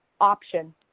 option